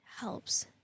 helps